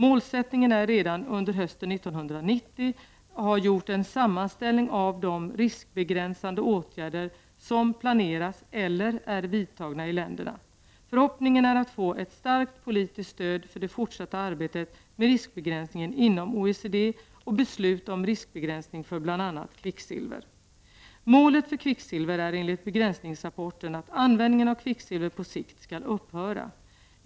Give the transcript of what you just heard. Målsättningen är att redan under hösten 1990 ha gjort en sammanställning av de riskbegränsande åtgärder som planeras eller är vidtagna i länderna. Förhoppningen är att få ett starkt politiskt stöd för det fortsatta arbetet med riskbegränsning inom OECD och beslut om riskbegränsning för bl.a. kvicksilver. Målet för kvicksilver är enligt begränsningsrapporten att användningen av kvicksilver på sikt skall upphöra.